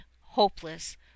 hopeless